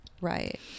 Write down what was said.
Right